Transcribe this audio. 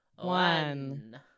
one